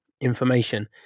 information